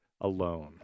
alone